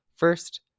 First